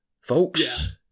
folks